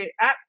app